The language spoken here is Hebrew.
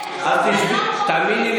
יטעה תאמיני לי,